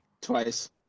Twice